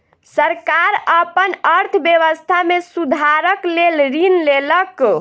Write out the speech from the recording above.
सरकार अपन अर्थव्यवस्था में सुधारक लेल ऋण लेलक